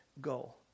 goal